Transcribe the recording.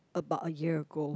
about a year ago